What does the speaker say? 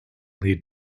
lead